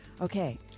Okay